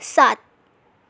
سات